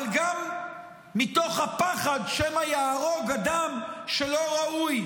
אבל גם מתוך הפחד שמא יהרוג אדם שלא ראוי